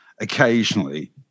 occasionally